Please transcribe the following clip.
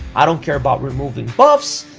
i don't care about removing buffs.